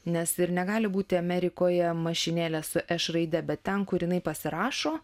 nes ir negali būti amerikoje mašinėlė su š raide bet ten kur jinai pasirašo